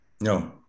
No